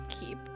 keep